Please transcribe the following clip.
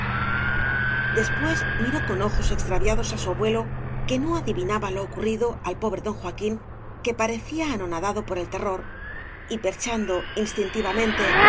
después miró con ojos extraviados á su abuelo que no adivinaba lo ocurrido al pobre don joa v bliasoo ibáñez quio que parecía anonadado por el terror y perchando instintivamente